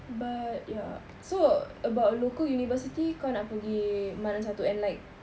but ya so about local university kau nak pergi mana satu and like